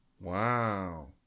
wow